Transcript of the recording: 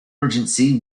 urgency